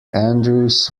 andrews